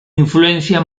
influencia